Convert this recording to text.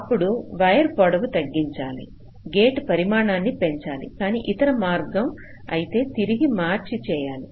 అప్పుడు వైర్ పొడవును తగ్గించాలి గేట్ పరిమాణాన్ని పెంచాలి కానీ ఇతర మార్గం అయితే తిరగ మార్చి చేయాలి